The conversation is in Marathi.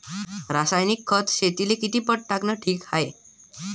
रासायनिक खत शेतीले किती पट टाकनं ठीक हाये?